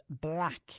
black